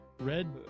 red